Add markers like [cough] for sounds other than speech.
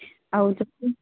ଆଉ [unintelligible]